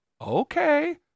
okay